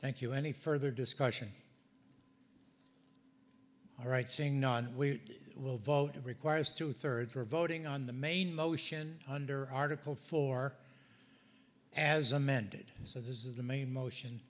thank you any further discussion all right saying not we will vote it requires two thirds were voting on the main motion under article four as amended so this is the main motion